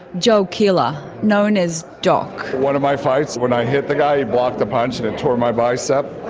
joe kielur, known as doc. one of my fights, when i hit the guy he blocked the punch and it tore my bicep.